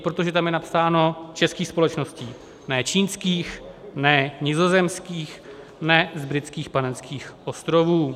Protože tam je napsáno českých společností, ne čínských, ne nizozemských, ne z Britských Panenských ostrovů.